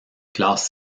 classe